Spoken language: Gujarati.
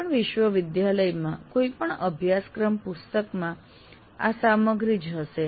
કોઈપણ વિશ્વવિદ્યાલયમાં કોઈપણ અભ્યાસક્રમ પુસ્તકમાં આ સામગ્રી જ હશે